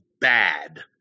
bad